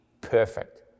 perfect